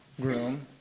groom